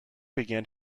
began